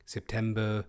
September